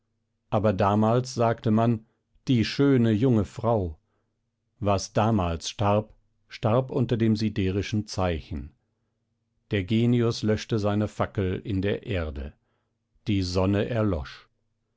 aber damals sagte man die schöne junge frau was damals starb starb unter dem siderischen zeichen der genius löschte seine fackel in der erde die sonne erlosch